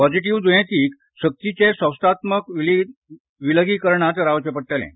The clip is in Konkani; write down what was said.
पॉझीटीव्ह दुयेंतीक सक्तीचें संस्थात्मक विलगीकरण रावचें पडटलें